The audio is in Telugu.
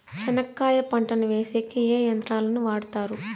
చెనక్కాయ పంటను వేసేకి ఏ యంత్రాలు ను వాడుతారు?